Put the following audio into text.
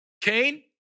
Cain